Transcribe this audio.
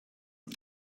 one